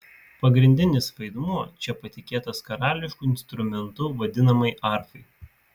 pagrindinis vaidmuo čia patikėtas karališku instrumentu vadinamai arfai